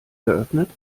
geöffnet